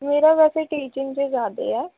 ਮੇਰਾ ਵੈਸੇ ਟੀਚਿੰਗ 'ਚ ਜ਼ਿਆਦਾ ਹੈ